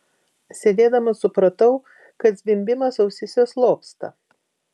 sėdėdama supratau kad zvimbimas ausyse slopsta